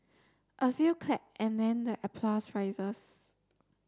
a few clap and then the applause rises